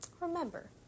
Remember